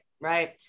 right